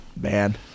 Man